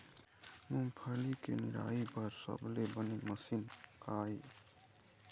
मूंगफली के निराई बर सबले बने मशीन का ये?